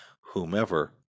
whomever